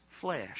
flesh